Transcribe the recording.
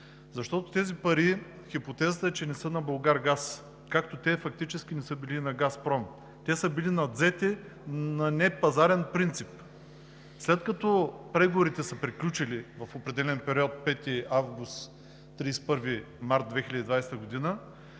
Защото хипотезата е, че тези пари не са на Булгаргаз, както те фактически не са били и на Газпром. Те са били надвзети на непазарен принцип. След като преговорите са приключили в определен период – 5 август – 31 март 2020 г.,